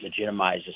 legitimizes